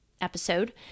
episode